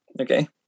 Okay